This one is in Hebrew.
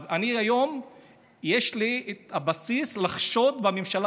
אז היום יש לי את הבסיס לחשוד בממשלה